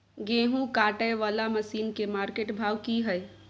गेहूं काटय वाला मसीन के मार्केट भाव की हय?